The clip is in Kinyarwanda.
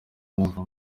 mwumva